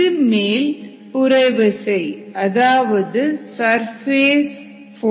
இது மேல் புறவிசை அதாவது சர்பேஸ் போர்ஸ்